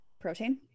protein